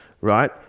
right